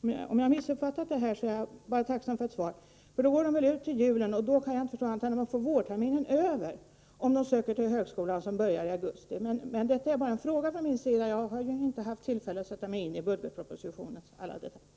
Har jag missuppfattat saken är jag tacksam för ett klarläggande. Slutar eleverna till julen, kan jag inte förstå annat än att de inte skall behöva gå vårterminen, om de söker till högskolan som börjar i augusti. Detta är alltså en fråga från min sida. Jag har nämligen inte haft tid att sätta mig in i budgetpropositionens alla detaljer.